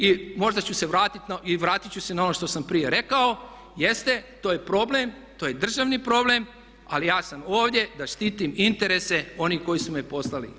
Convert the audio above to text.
I možda ću se vratiti, i vratiti ću se na ono što sam prije rekao, jeste, to je problem, to je državni problem ali ja sam ovdje da štitim interese onih koji su me poslali.